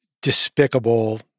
despicable